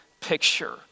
picture